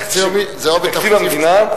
בתקציב המדינה,